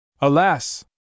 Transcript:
alas